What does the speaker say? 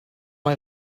mae